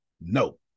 No